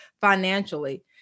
financially